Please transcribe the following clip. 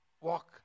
Walk